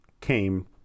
came